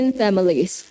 families